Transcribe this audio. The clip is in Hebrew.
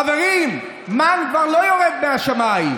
חברים, מן כבר לא יורד מהשמיים.